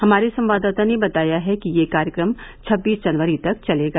हमारे संवाददाता ने बताया है कि यह कार्यक्रम छब्बीस जनकरी तक चलेगा